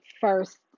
first